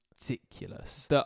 ridiculous